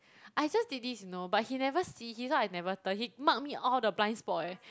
I just did this you know but he never see he thought I never turn he mark me all the blind spot eh